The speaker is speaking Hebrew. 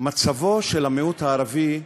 מצבו של המיעוט הערבי,